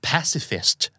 Pacifist